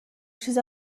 چیز